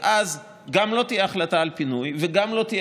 ואז גם לא תהיה החלטה על פינוי וגם לא תהיה